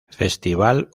festival